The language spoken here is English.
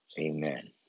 Amen